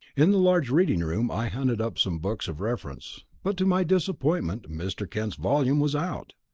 in the large reading-room i hunted up some books of reference, but to my disappointment mr. kent's volume was out.